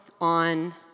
on